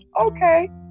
okay